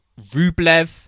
Rublev